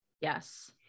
Yes